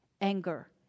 anger